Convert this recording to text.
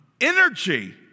energy